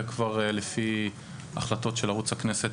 זה כבר לפי החלטות של ערוץ הכנסת